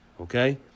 Okay